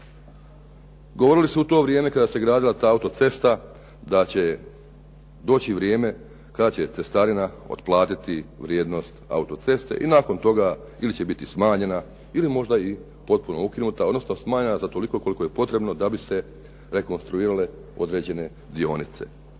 Govorili su u to vrijeme kada se gradila ta autocesta da će doći vrijeme kada će cestarina otplatiti vrijednost autoceste i nakon toga ili će biti smanjena, ili možda i potpuno ukinuta, odnosno smanjena za toliko koliko je potrebno da bi se rekonstruirale određene dionice.